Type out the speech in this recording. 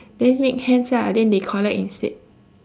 then make hands ah then they collect instead